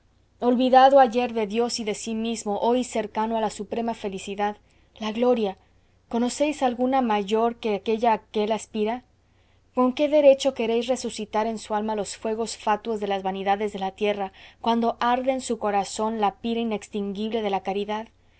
olvidado ayer de dios y de sí mismo hoy cercano a la suprema felicidad la gloria conocéis alguna mayor que aquélla a que él aspira con qué derecho queréis resucitar en su alma los fuegos fatuos de las vanidades de la tierra cuando arde en su corazón la pira inextinguible de la caridad